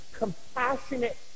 compassionate